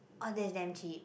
oh that's damn cheap